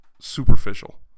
superficial